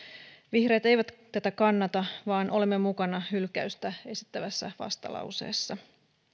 vihreät eivät tätä kannata vaan olemme mukana hylkäystä esittävässä vastalauseessa